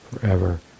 forever